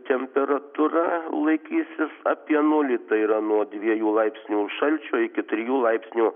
temperatūra laikysis apie nulį tai yra nuo dviejų laipsnių šalčio iki trijų laipsnių